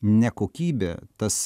nekokybė tas